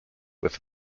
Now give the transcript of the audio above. with